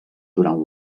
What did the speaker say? durant